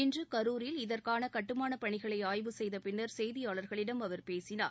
இன்று கரூரில் இதற்கான கட்டுமானப் பணிகளை ஆய்வு செய்த பின்னர் செய்தியாளர்களிடம் அவர் பேசினார்